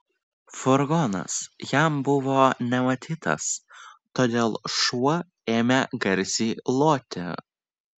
furgonas jam buvo nematytas todėl šuo ėmė garsiai loti